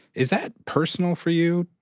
is that personal for you?